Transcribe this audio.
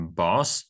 boss